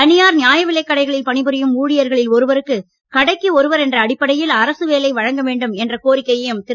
தனியார் நியாயவிலைக் கடைகளில் பணிபுரியும் ஊழியர்களில் ஒருவருக்கு கடைக்கு ஒருவர் என்ற அடிப்படையில் அரசு வேலை வழங்க வேண்டும் என்ற கோரிக்கையையும் திரு